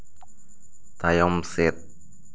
ᱛᱟᱭᱚᱢ ᱥᱮᱫ